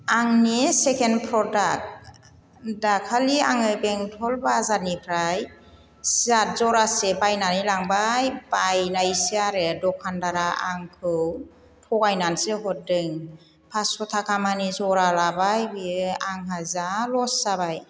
आंनि second product दाखालि आङो बेंटल बाजारनिफ्राय सियार जरासे बायनानै लांबाय बायनायसो आरो दखानदारा आंखौ थगायनानैसो हरदों फास्स' थाखा मानि जरा लाबाय बियो आंहा जा लस जाबाय